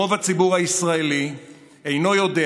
רוב הציבור הישראלי אינו יודע